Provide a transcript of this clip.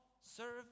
serve